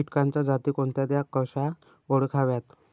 किटकांच्या जाती कोणत्या? त्या कशा ओळखाव्यात?